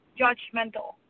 judgmental